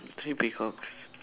three peacocks